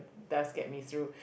does get me through